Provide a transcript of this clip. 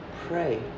pray